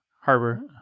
Harbor